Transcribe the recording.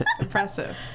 Impressive